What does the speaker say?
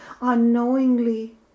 unknowingly